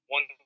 One